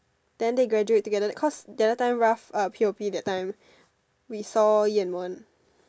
then they graduate together cause their time Ralph uh P_O_P that time we saw Yan-Wen